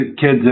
kids